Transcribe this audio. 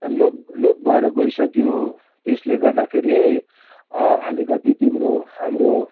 लोप लोप भएर गइसक्यो त्यसले गर्दाखेरि अलिकति तिम्रो हाम्रो